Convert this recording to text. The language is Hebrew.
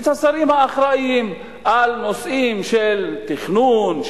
את השרים האחראים לנושאים של תכנון,